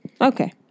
Okay